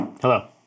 Hello